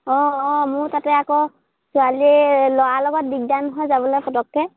অঁ অঁ মোৰ তাতে আকৌ ছোৱালীয়ে ল'ৰা লগত দিগদাৰ নহয় যাবলৈ পতককৈ